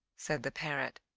said the parrot,